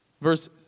Verse